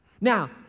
Now